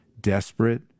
desperate